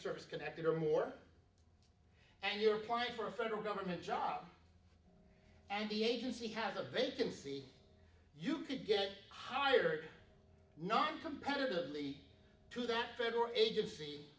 service connected or more and you're applying for a federal government job and the agency has a vacancy you could get hired not competitively to that federal agenc